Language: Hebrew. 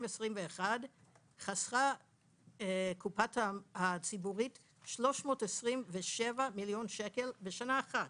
חסכה הקופה הציבורית 327 מיליון שקל בשנה אחת.